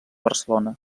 barcelona